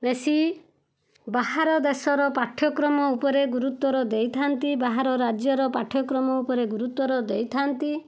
ବେଶି ବାହାର ଦେଶର ପାଠ୍ୟକ୍ରମ ଉପରେ ଗୁରୁତ୍ୱର ଦେଇଥାନ୍ତି ବାହାର ରାଜ୍ୟର ପାଠ୍ୟକ୍ରମ ଉପରେ ଗୁରୁତ୍ୱର ଦେଇଥାନ୍ତି